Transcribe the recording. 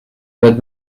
pas